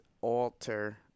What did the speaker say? alter